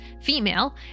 female